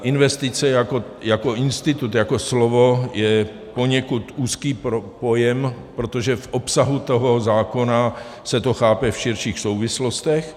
Investice jako institut, jako slovo, je poněkud úzký pojem, protože v obsahu toho zákona se to chápe v širších souvislostech.